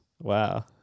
Wow